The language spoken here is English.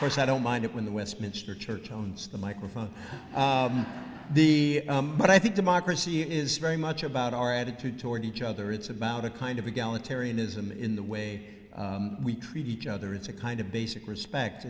course i don't mind it when the westminster church owns the microphone the but i think democracy is very much about our attitude towards each other it's about a kind of egalitarianism in the way we treat each other it's a kind of basic respect